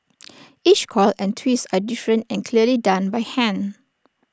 each coil and twist are different and clearly done by hand